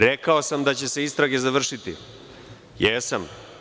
Rekao sam da će se istrage završiti, jesam.